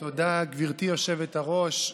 תודה, גברתי היושבת-ראש.